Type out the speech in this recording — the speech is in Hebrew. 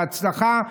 בהצלחה,